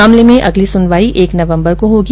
मामले में अगली सुनवाई एक नवम्बर को होगी